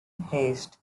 haste